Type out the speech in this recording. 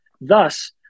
Thus